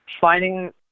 finding